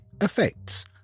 effects